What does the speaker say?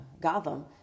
Gotham